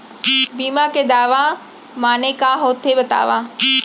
बीमा के दावा माने का होथे बतावव?